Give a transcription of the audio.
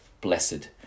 blessed